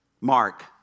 Mark